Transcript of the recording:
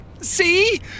See